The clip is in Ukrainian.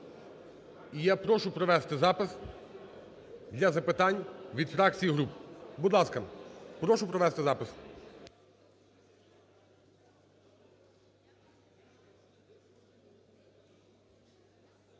і я прошу провести запис для запитань від фракцій і груп. Будь ласка, прошу провести запис.